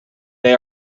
they